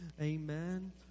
Amen